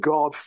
God